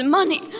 money